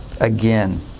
again